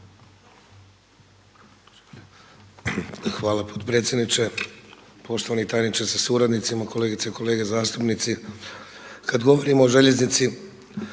Hvala potpredsjedniče, poštovani tajniče sa suradnicima, kolegice i kolege zastupnici. Kad govorimo o željeznici